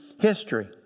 history